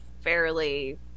fairly